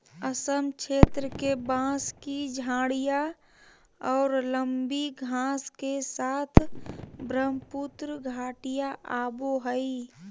असम क्षेत्र के, बांस की झाडियाँ और लंबी घास के साथ ब्रहमपुत्र घाटियाँ आवो हइ